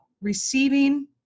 receiving